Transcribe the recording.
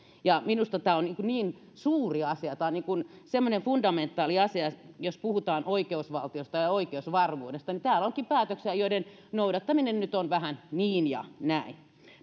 minusta tämä niin suuri asia tämä on semmoinen fundamentaaliasia jos puhutaan oikeusvaltiosta ja oikeusvarmuudesta että täällä onkin päätöksiä joiden noudattaminen nyt on vähän niin ja näin